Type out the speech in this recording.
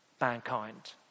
mankind